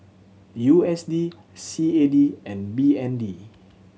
U S D C A D and B N D